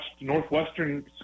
Northwestern